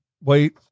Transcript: Wait